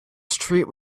street